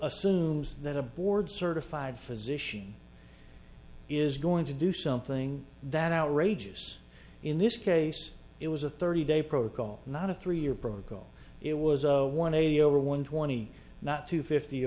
assumes that a board certified physician is going to do something that outrageous in this case it was a thirty day protocol not a three year protocol it was a one eighty over one twenty not to fifty